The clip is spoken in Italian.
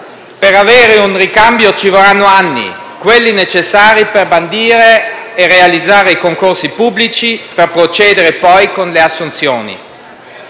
per avere un ricambio ci vorranno anni, quelli necessari per bandire e realizzare i concorsi pubblici, per procedere poi con le assunzioni.